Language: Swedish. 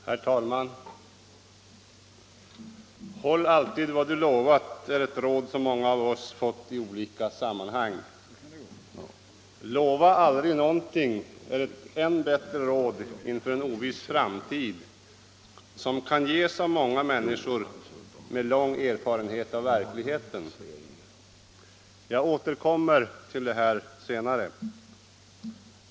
Herr talman! ”Håll alltid vad du lovat” är ett råd som många av oss har fått i olika sammanhang. ”Lova aldrig någonting” är ett ännu bättre råd inför en oviss framtid som kan ges av många människor med lång erfarenhet av verkligheten. Jag återkommer till detta senare.